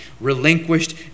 relinquished